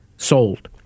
Sold